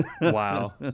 wow